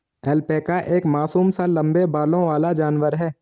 alpaca एक मासूम सा लम्बे बालों वाला जानवर है